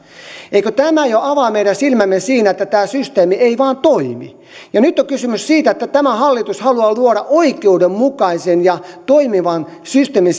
eikö tämä jo avaa meidän silmämme siinä että tämä systeemi ei vain toimi nyt on kysymys siitä että tämä hallitus haluaa luoda oikeudenmukaisen ja toimivan systeemin